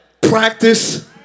practice